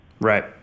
Right